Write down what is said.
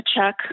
check